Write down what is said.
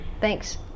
Thanks